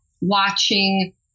watching